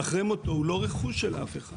אחותו של שאולי,